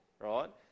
right